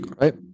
Right